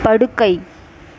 படுக்கை